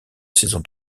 saison